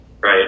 right